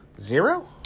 Zero